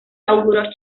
auguro